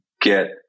get